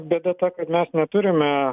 bėda ta kad mes neturime